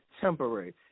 temporary